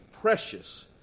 precious